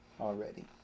already